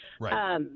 Right